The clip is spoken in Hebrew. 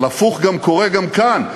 אבל הפוך גם קורה גם כאן,